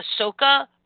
Ahsoka